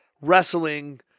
wrestling